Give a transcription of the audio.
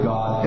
God